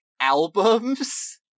albums